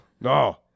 No